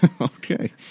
Okay